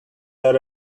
are